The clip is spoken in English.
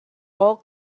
all